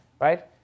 right